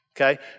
okay